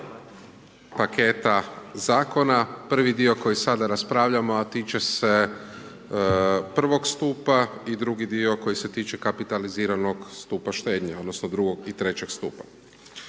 paketa Zakona. Prvi dio koji sada raspravljamo, a tiče se prvog stupa i drugi dio koji se tiče kapitaliziranog stupa štednje odnosno drugog i trećeg stupa.